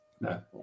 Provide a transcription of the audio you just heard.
no